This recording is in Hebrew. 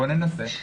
בואו ננסה.